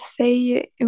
say